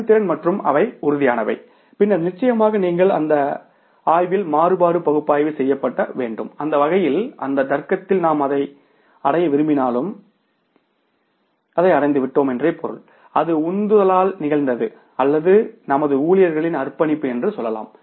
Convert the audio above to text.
செயல்திறன் மற்றும் அவை உறுதியானவை பின்னர் நிச்சயமாக நீங்கள் அந்த ஆவியில் மாறுபாடு பகுப்பாய்வு செய்யப்பட வேண்டும் அந்த வகையில் அந்த தர்க்கத்தில் நாம் எதை அடைய விரும்பினாலும் அதை அடைந்துவிட்டோம் அது உந்துதலால் நிகழ்ந்தது அல்லது எங்கள் ஊழியர்களின் அர்ப்பணிப்பு என்று சொல்லலாம்